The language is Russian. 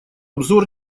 обзор